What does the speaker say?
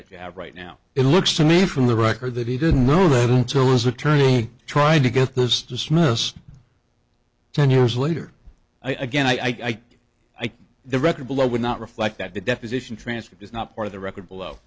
that you have right now it looks to me from the record that he didn't know the answer was attorney tried to get this dismissed ten years later i again i think i think the record below would not reflect that the deposition transcript is not part of the record below